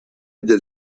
del